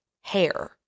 hair